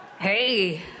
hey